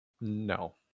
No